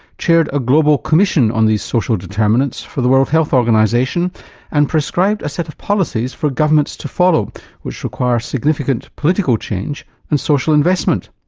chaired a global commission on these social determinants for the world health organisation and prescribed a set of policies for governments to follow which require significant political change and social investment.